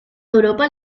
europa